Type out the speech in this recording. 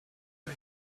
boy